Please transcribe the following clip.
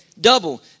Double